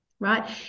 right